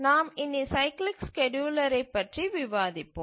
நாம் இனி சைக்கிளிக் ஸ்கேட்யூலரைப் பற்றி விவாதிப்போம்